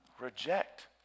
reject